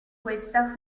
questa